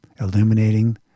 illuminating